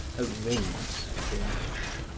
her rings flash.